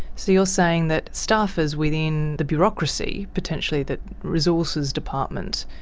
so you're saying that staffers within the bureaucracy, potentially the resources department,